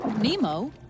Nemo